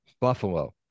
Buffalo